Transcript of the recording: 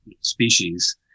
species